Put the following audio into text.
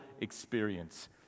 experience